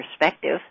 perspective